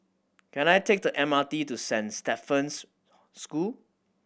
can I take the M R T to Saint Stephen's School